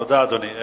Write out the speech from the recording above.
תודה, אדוני.